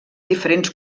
diferents